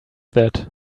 that